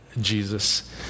Jesus